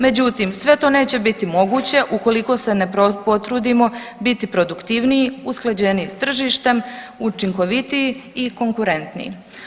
Međutim, sve to neće biti moguće ukoliko se ne potrudimo biti produktivniji, usklađeniji s tržištem, učinkovitiji i konkurentniji.